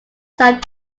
sat